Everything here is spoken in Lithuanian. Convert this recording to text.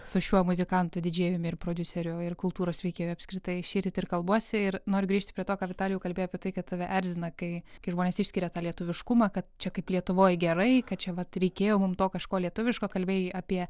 su šiuo muzikantu didžėjumi ir prodiuseriu ir kultūros veikėjo apskritai šįryt ir kalbuosi ir noriu grįžti prie to ką vitalijau kalbėti apie tai kad tave erzina kai kai žmonės išskiria tą lietuviškumą kad čia kaip lietuvoje gerai kad čia vat reikėjo mums to kažko lietuviško kalbėjai apie